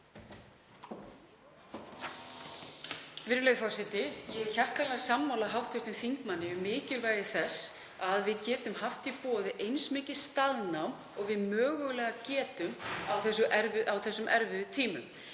Virðulegur forseti. Ég er hjartanlega sammála hv. þingmanni um mikilvægi þess að við getum haft í boði eins mikið staðnám og við mögulega getum á þessum erfiðu tímum.